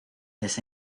les